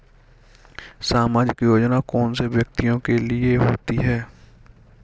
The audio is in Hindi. सामाजिक योजना कौन से व्यक्तियों के लिए होती है?